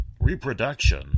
reproduction